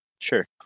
Sure